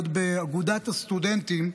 עוד באגודת הסטודנטים,